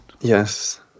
Yes